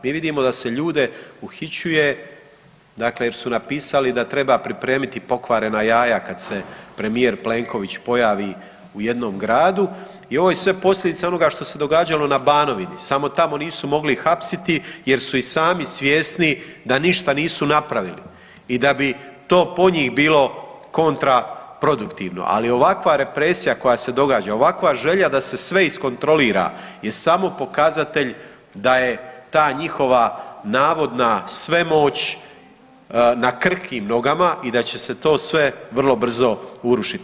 Mi vidimo da se ljude uhićuje dakle jer su napisali da treba pripremiti pokvarena jaja kad se premijer Plenković pojavi u jednom gradu i ovo je sve posljedica onoga što se događalo na Banovini samo tamo nisu mogli hapsiti jer su i sami svjesni da ništa nisu napravili i da bi to po njih bilo kontraproduktivno, ali ovakva represija koja se događa, ovakva želja da se sve iskontrolira je samo pokazatelj da je ta njihova navodna svemoć na krhkim nogama i da će se to sve vrlo brzo urušiti.